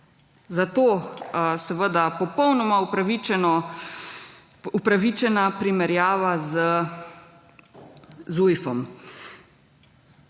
zato seveda popolnoma upravičena primerjava ZUJF-om.